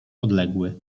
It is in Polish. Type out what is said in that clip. odległy